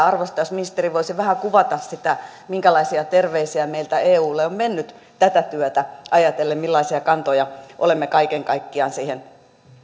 arvostan jos ministeri voisi vähän kuvata sitä minkälaisia terveisiä meiltä eulle on mennyt tätä työtä ajatellen millaisia kantoja olemme kaiken kaikkiaan siihen